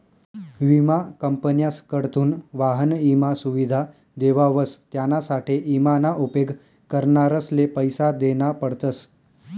विमा कंपन्यासकडथून वाहन ईमा सुविधा देवावस त्यानासाठे ईमा ना उपेग करणारसले पैसा देना पडतस